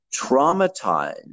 traumatized